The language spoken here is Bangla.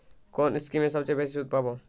কোন স্কিমে সবচেয়ে বেশি সুদ পাব?